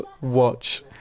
watch